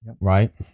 right